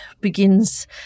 begins